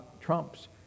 trumps